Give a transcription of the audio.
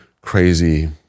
crazy